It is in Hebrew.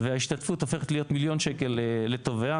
וההשתתפות הופכת להיות מיליון שקל לתובע,